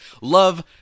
Love